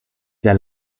der